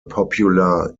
popular